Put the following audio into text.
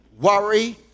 worry